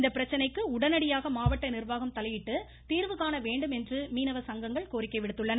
இந்த பிரச்சினைக்கு உடனடியாக மாவட்ட நிர்வாகம் தலையிட்டு தீர்வு காண வேண்டும் என்று மீனவ சங்கங்கள் கோரிக்கை விடுத்துள்ளன